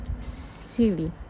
Silly